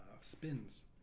spins